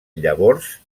llavors